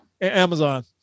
Amazon